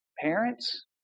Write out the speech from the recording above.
parents